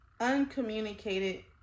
uncommunicated